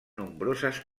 nombroses